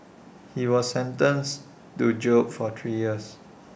he was sentenced to jail for three years